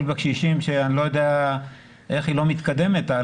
בקשישים שאני לא יודע איך היא לא מתקדמת.